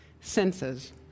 senses